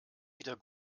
wieder